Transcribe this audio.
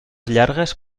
llargues